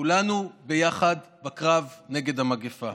כולנו ביחד בקרב נגד המגפה.